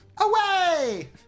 Away